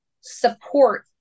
support